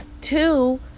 Two